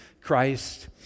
Christ